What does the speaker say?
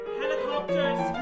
helicopters